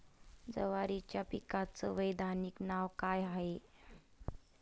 जवारीच्या पिकाचं वैधानिक नाव का हाये?